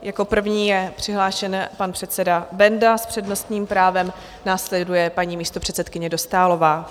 Jako první je přihlášen pan předseda Benda, s přednostním právem následuje paní místopředsedkyně Dostálová.